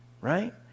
right